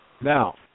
Now